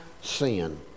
sin